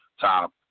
top